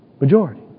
majority